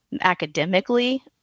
academically